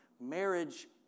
marriage